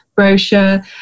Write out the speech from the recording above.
Brochure